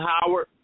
Howard